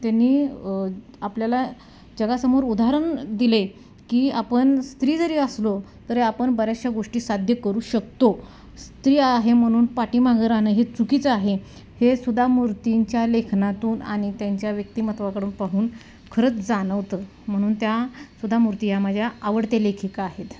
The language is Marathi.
त्यांनी आपल्याला जगासमोर उदाहरण दिले की आपण स्त्री जरी असलो तरी आपण बऱ्याचशा गोष्टी साध्य करू शकतो स्त्री आहे म्हणून पाठीमागं राहणं हे चुकीचं आहे हे सुधा मूर्तींच्या लेखनातून आणि त्यांच्या व्यक्तिमत्वाकडं पाहून खरंच जाणवतं म्हणून त्या सुधा मूर्ती ह्या माझ्या आवडत्या लेखिका आहेत